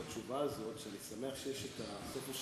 שאני שמח שיש סוף שבוע בקרוב,